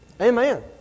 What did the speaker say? Amen